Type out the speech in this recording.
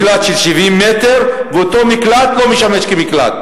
מקלט של 70 מטר, ואותו מקלט לא משמש כמקלט.